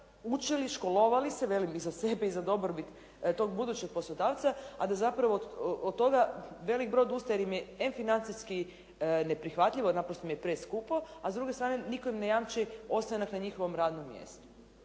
učili, školovali se, velim i za sebe i za dobrobit tog budućeg poslodavca, a da zapravo od toga velik broj odustaje jer im je financijski neprihvatljivo jer naprosto im je preskupo, a s drugo strane nitko im ne jamči ostanak na njihovom radnom mjestu.